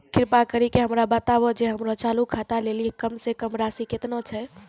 कृपा करि के हमरा बताबो जे हमरो चालू खाता लेली कम से कम राशि केतना छै?